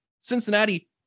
Cincinnati